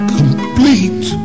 complete